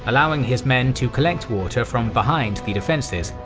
allowing his men to collect water from behind the defences,